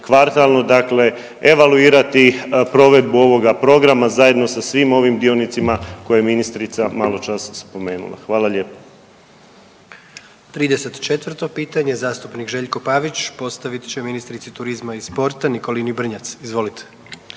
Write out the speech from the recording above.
dakle evaluirati provedbu ovoga programa zajedno sa svim ovim dionicima koje je ministrica malo čas spomenula. Hvala lijepa.